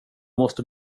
måste